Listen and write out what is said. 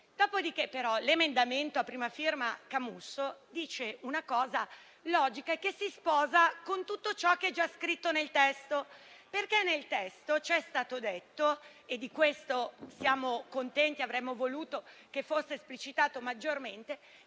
Dopodiché, però, l'emendamento a prima firma Camusso dice una cosa logica, che si sposa con tutto ciò che è già scritto nel testo. Nel testo ci è stato detto - e di questo siamo contenti e avremmo voluto che fosse esplicitato maggiormente